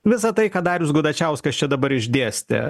visa tai ką darius gudačiauskas čia dabar išdėstė